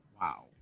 Wow